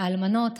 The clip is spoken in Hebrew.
האלמנות,